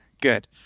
good